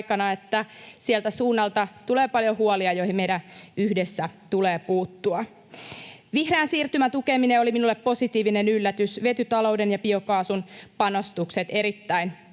sieltä suunnalta tulee paljon huolia, joihin meidän yhdessä tulee puuttua. Vihreän siirtymän tukeminen oli minulle positiivinen yllätys, vetytalouden ja biokaasun panostukset — erittäin